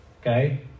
Okay